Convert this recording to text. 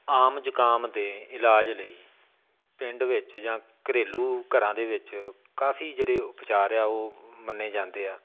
ਆਮ ਜੁਕਾਮ ਦੇ ਇਲਾਜ ਲਈ ਪਿੰਡ ਵਿੱਚ ਜਾਂ ਘਰੇਲੂ ਘਰਾਂ ਦੇ ਵਿੱਚ ਕਾਫ਼ੀ ਜਿਹੜੇ ਉਪਚਾਰ ਆ ਉਹ ਮੰਨੇ ਜਾਂਦੇ ਆ